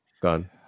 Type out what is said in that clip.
Gone